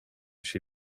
się